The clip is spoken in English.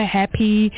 happy